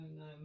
no